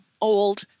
old